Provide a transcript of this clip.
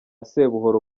sebuhoro